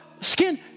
Skin